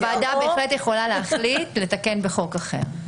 הוועדה בהחלט יכולה להחליט לתקן בחוק אחר.